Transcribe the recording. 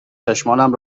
چشمانم